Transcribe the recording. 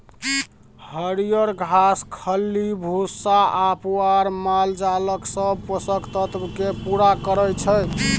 हरियर घास, खल्ली भुस्सा आ पुआर मालजालक सब पोषक तत्व केँ पुरा करय छै